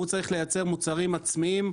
שהוא צריך לייצר מוצרים עצמיים,